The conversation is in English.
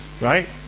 Right